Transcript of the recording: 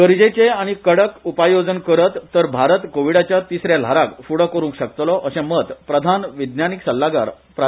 गरजेचे आनी कडक उपाय येवजण करत तर भारत कोविडाच्या तिसरे ल्हाराक फ्डो करूंक शकतलो अशें मत प्रधान विज्ञानिक सल्लागार प्रा